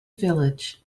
village